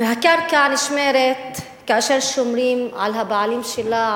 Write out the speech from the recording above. והקרקע נשמרת כאשר שומרים על הבעלים שלה,